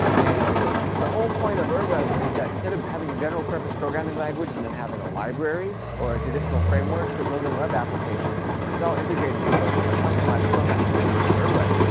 and the whole point of ur web is that instead of having a general purpose programming language and then having a library or traditional framework for building web applications, it's all integrated into ah a customized programming language in ur web.